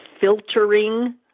filtering